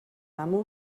amo